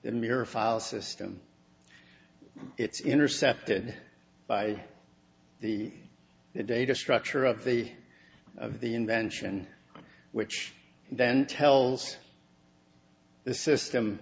the mere file system it's intercepted by the data structure of the of the invention which then tells the system